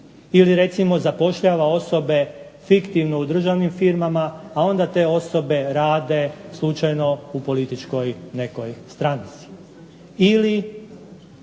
Ili recimo zapošljava osobe fiktivno u državnim firmama, a onda te osobe rade slučajno u političkoj nekoj stranci.